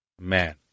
man